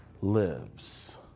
lives